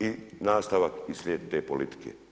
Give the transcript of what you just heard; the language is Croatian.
i nastavak i slijed te politike.